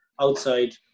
outside